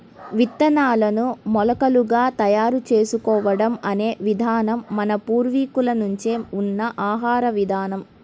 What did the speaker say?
విత్తనాలను మొలకలుగా తయారు చేసుకోవడం అనే విధానం మన పూర్వీకుల నుంచే ఉన్న ఆహార విధానం